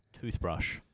toothbrush